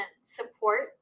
support